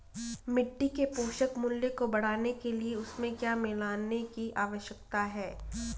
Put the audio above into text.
मिट्टी के पोषक मूल्य को बढ़ाने के लिए उसमें क्या मिलाने की आवश्यकता है?